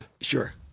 Sure